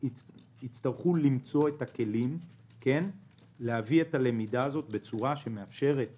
יצטרכו למצוא את הכלים להביא את הלמידה הזאת בצורה שמאפשרת